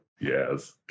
Yes